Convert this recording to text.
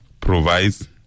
Provides